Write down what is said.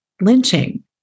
Lynching